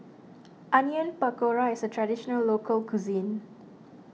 Onion Pakora is a Traditional Local Cuisine